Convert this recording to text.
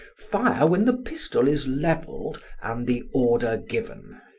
fire when the pistol is leveled and the order given.